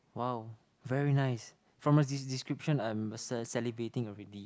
!wow! very nice from the the description I'm sa~ salivating already